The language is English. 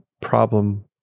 problem